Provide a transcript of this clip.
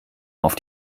auf